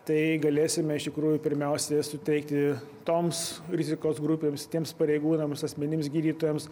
tai galėsime iš tikrųjų pirmiausia suteikti toms rizikos grupėms tiems pareigūnams asmenims gydytojams